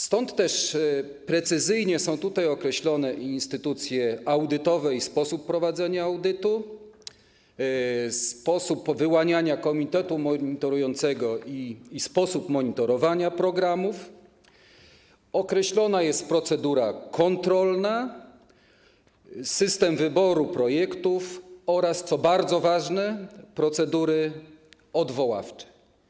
Stąd też precyzyjnie są określone instytucje audytowe i sposób prowadzenia audytu, sposób wyłaniania komitetu monitorującego i sposób monitorowania programów, określona jest procedura kontrolna, system wyboru projektów oraz, co bardzo ważne, procedury odwoławcze.